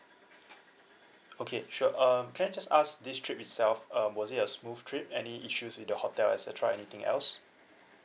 okay sure uh can I just ask this trip itself uh was it a smooth trip any issues with the hotel et cetera anything else